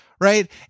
right